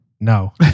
No